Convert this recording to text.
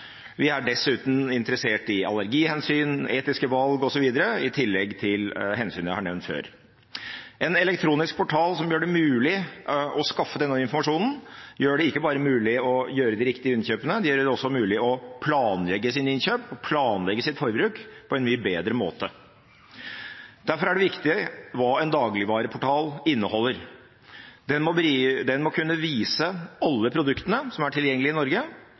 Vi er dessuten interessert i allergihensyn, etiske valg osv. i tillegg til hensyn jeg har nevnt før. En elektronisk portal som gjør det mulig å skaffe denne informasjonen, gjør det ikke bare mulig å gjøre de riktige innkjøpene, den gjør det også mulig å planlegge sine innkjøp, planlegge sitt forbruk, på en mye bedre måte. Derfor er det viktig hva en dagligvareportal inneholder. Den må kunne vise alle produktene som er tilgjengelige i Norge,